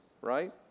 right